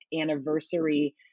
anniversary